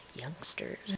youngsters